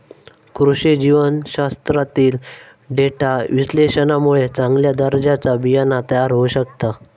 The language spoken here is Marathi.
कृषी जीवशास्त्रातील डेटा विश्लेषणामुळे चांगल्या दर्जाचा बियाणा तयार होऊ शकता